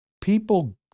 people